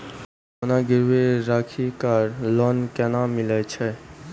सोना गिरवी राखी कऽ लोन केना मिलै छै?